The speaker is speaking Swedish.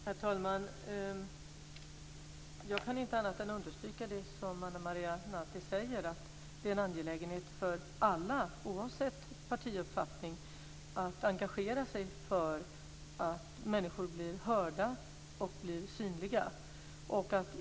Herr talman! Jag kan inte annat än understryka det som Ana Maria Narti säger att det är en angelägenhet för alla, oavsett partiuppfattning, att engagera sig för att människor blir hörda och synliga.